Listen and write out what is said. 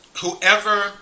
Whoever